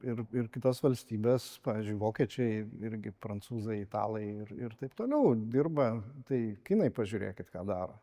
ir ir kitos valstybės pavyzdžiui vokiečiai irgi prancūzai italai ir ir taip toliau dirba tai kinai pažiūrėkit ką daro